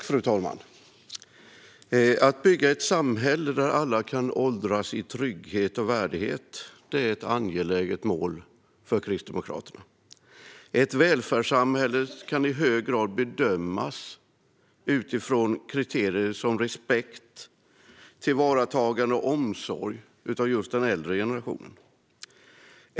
Fru talman! Att bygga ett samhälle där alla kan åldras i trygghet och värdighet är ett angeläget mål för Kristdemokraterna. Ett välfärdssamhälle kan i hög grad bedömas utifrån kriterier som respekt, tillvaratagande av och omsorg om just den äldre generationen.